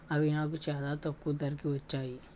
అవి నాకు చాలా తక్కువ ధరకే వచ్చాయి